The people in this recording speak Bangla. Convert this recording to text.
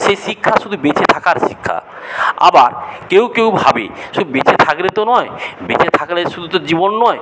সেই শিক্ষা শুধু বেঁচে থাকার শিক্ষা আবার কেউ কেউ ভাবে শুধু বেঁচে থাকলে তো নয় বেঁচে থাকলে শুধু তো জীবন নয়